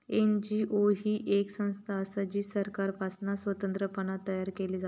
NGO ही येक संस्था असा जी सरकारपासना स्वतंत्रपणान तयार केली जाता